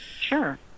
sure